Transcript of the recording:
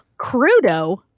Crudo